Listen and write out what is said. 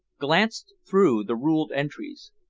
glanced through the ruled entries.